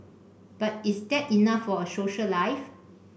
but is that enough for a social life